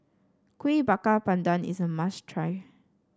Kueh Bakar Pandan is a must try